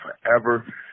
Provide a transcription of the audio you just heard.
forever